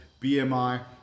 BMI